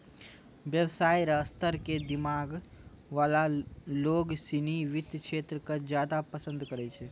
व्यवसाय र स्तर क दिमाग वाला लोग सिनी वित्त क्षेत्र क ज्यादा पसंद करै छै